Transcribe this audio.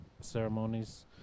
ceremonies